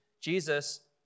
Jesus